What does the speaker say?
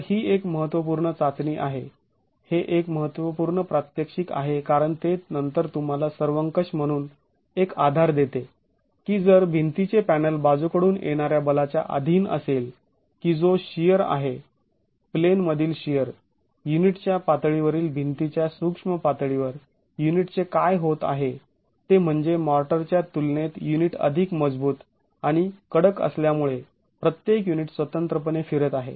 तर ही एक महत्त्वपूर्ण चाचणी आहे हे एक महत्वपूर्ण प्रात्यक्षिक आहे कारण ते नंतर तुम्हाला सर्वंकष म्हणून एक आधार देते की जर भिंतीचे पॅनल बाजूकडून येणाऱ्या बलाच्या आधीन असेल की जो शिअर आहे प्लेन मधील शिअर युनिटच्या पातळीवरील भिंतीच्या सूक्ष्म पातळीवर युनिटचे काय होत आहे ते म्हणजे मॉर्टरच्या तुलनेत युनिट अधिक मजबूत आणि कडक असल्यामुळे प्रत्येक युनिट स्वतंत्रपणे फिरत आहे